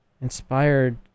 inspired